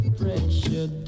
pressure